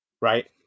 Right